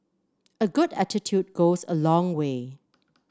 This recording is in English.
a good attitude goes a long way